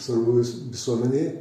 svarbus visuomenei